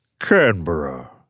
Canberra